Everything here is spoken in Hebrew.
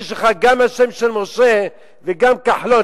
יש לך גם השם של משה וגם כחלון,